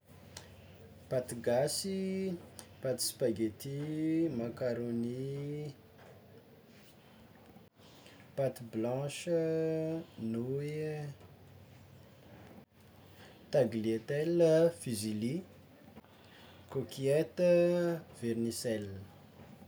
Paty gasy, paty spaghetti, macaroni, paty blanche, nouille, tagliatelle, fusilli, coquillette, vermicelle.